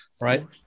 right